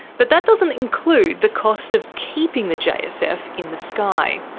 but that doesn't include the cost of keeping the jsf in the sky.